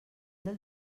del